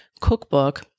Cookbook